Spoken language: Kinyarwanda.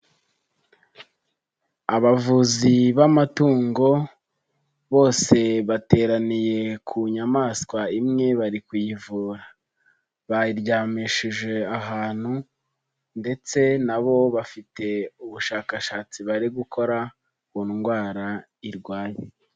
Abavuzi b'amatungo bose bateraniye ku nyamaswa imwe bari kuyivura, bayiryamishije ahantu ndetse na bo bafite ubushakashatsi bari gukora ku ndwara irwaye.